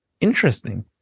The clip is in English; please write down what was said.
interesting